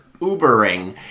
Ubering